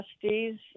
trustees